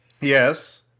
Yes